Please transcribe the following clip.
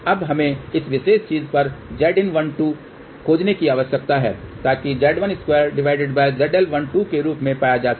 अब हमें इस विशेष चीज़ पर Zin12 खोजने की आवश्यकता है ताकि Z12ZL12 के रूप में पाया जा सके